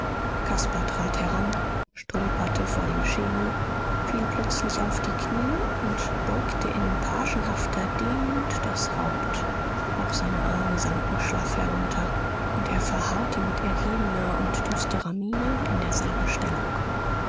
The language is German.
caspar trat heran stolperte vor dem schemel fiel plötzlich auf die knie und beugte in pagenhafter demut das haupt auch seine arme sanken schlaff herunter und er verharrte mit ergebener und düsterer miene in derselben stellung